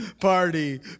party